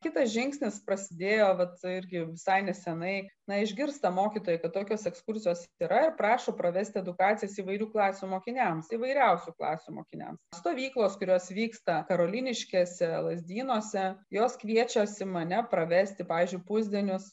kitas žingsnis prasidėjo vat irgi visai nesenai na išgirsta mokytojai kad tokios ekskursijos yra ir prašo pravesti edukacijas įvairių klasių mokiniams įvairiausių klasių mokiniams stovyklos kurios vyksta karoliniškėse lazdynuose jos kviečiasi mane pravesti pavyzdžiui pusdienius